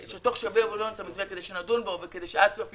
שתוך שבוע יביאו לנו את המתווה כדי שנדון בו וכדי שעד סוף